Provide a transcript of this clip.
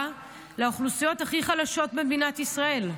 לאוכלוסיות הכי חלשות במדינת ישראל,